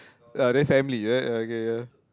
ya then family right uh okay ya